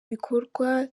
bikorwa